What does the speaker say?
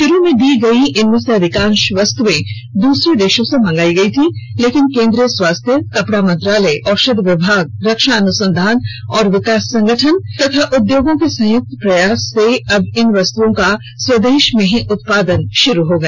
शुरू में दी गई इनमें से अधिकांश वस्तुएं दूसरे देशों से मंगवाई गई थी लेकिन केन्द्रीय स्वास्थ्य कपड़ा मंत्रालय औषध विभाग रक्षा अनुसंधान और विकास संगठन और उद्योगों के संयुक्त प्रयास से अब इन वस्तुओं का स्वदेश में ही उत्पादन शुरू हो गया